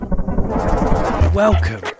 Welcome